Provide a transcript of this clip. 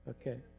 Okay